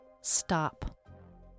Stop